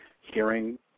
hearing